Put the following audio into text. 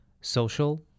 social